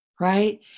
right